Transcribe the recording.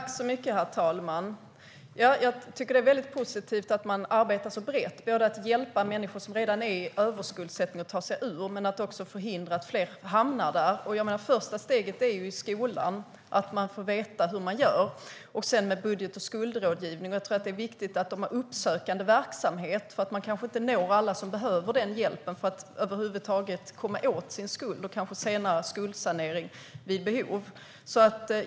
Herr talman! Det är positivt att man arbetar så brett, både när det gäller att hjälpa människor som redan är överskuldsatta att ta sig ur det och att förhindra att fler hamnar där. Första steget tas i skolan, att man får veta hur man gör, och sedan finns budget och skuldrådgivning. Det är viktigt att man har uppsökande verksamhet, för man når kanske inte alla som behöver hjälp att över huvud taget komma åt sin skuld och senare kanske få skuldsanering vid behov.